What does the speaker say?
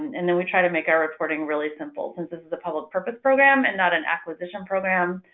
and then we try to make our reporting really simple since this a public purpose program and not an acquisition program.